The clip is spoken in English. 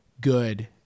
good